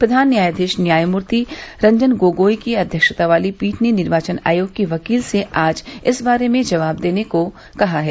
प्रधान न्यायाधीश न्यायमूर्ति रंजन गोगोई की अध्यक्षता वाली पीठ ने निर्वाचन आयोग के वकील से आज इस बारे में जबाव देने को कहा है